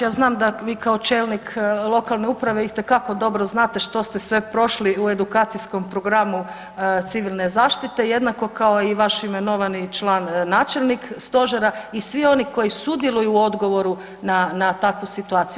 Ja znam da vi kao čelnik lokane uprave itekako dobro znate što ste sve prošli u edukacijskom programu civilne zaštite jednako kao i vaš imenovani član načelnik stožera i svi oni koji sudjeluju u odgovoru na, na takvu situaciju.